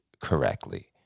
correctly